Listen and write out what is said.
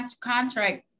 contract